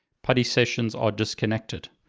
putty sessions are disconnected.